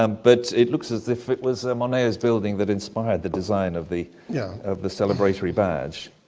um but it looks as if it was moneo's building that inspired the design of the yeah of the celebratory badge.